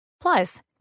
Plus